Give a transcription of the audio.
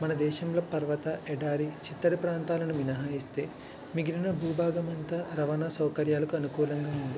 మనదేశంలో పర్వత ఎడారి చిత్తడి ప్రాంతాలను మినహాయిస్తే మిగిలిన భూభాగం అంతా రవాణా సౌకర్యాలకు అనుకూలంగా ఉంది